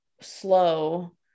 slow